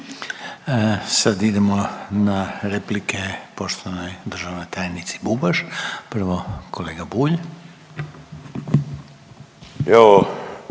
Sad idemo na replike poštovanoj državnoj tajnici Bubaš. Prvo kolega Bulj.